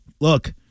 look